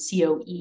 COE